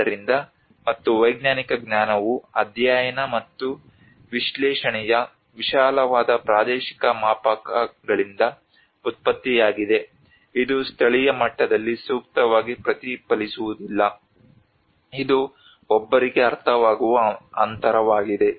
ಆದ್ದರಿಂದ ಮತ್ತು ವೈಜ್ಞಾನಿಕ ಜ್ಞಾನವು ಅಧ್ಯಯನ ಮತ್ತು ವಿಶ್ಲೇಷಣೆಯ ವಿಶಾಲವಾದ ಪ್ರಾದೇಶಿಕ ಮಾಪಕಗಳಿಂದ ಉತ್ಪತ್ತಿಯಾಗಿದೆ ಇದು ಸ್ಥಳೀಯ ಮಟ್ಟದಲ್ಲಿ ಸೂಕ್ತವಾಗಿ ಪ್ರತಿಫಲಿಸುವುದಿಲ್ಲ ಇದು ಒಬ್ಬರಿಗೆ ಅರ್ಥವಾಗುವ ಅಂತರವಾಗಿದೆ